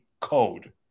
code